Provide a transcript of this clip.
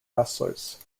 wrestlers